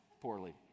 poorly